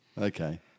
okay